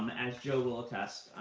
um as joe will attest,